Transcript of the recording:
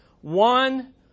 one